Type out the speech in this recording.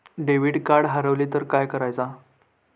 Debit card हरवल तर काय करायच?